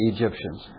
Egyptians